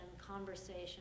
conversation